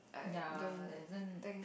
ya there isn't